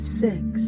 six